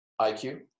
IQ